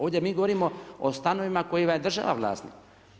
Ovdje mi govorimo o stanovima kojih je država vlasnik.